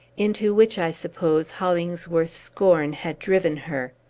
into which, i suppose, hollingsworth's scorn had driven her.